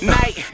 night